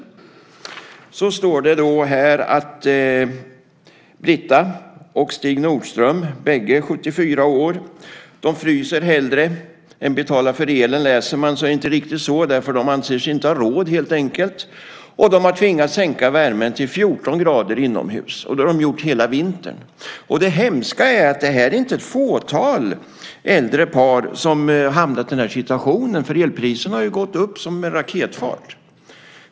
Där står det att Brita och Stig Nordström, båda 74 år, hellre fryser än betalar för elen. Läser man artikeln så är det inte riktigt så, därför att de anser sig helt enkelt inte ha råd. De har tvingats sänka värmen till 14 grader inomhus, och så har de haft det hela vintern. Det hemska är att det inte är ett fåtal äldre par som har hamnat i den här situationen. Elpriserna har ju gått upp med raketfart.